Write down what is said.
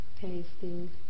tasting